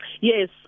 Yes